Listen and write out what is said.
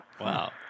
Wow